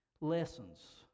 Lessons